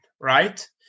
right